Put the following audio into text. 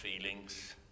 feelings